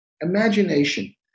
imagination